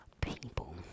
people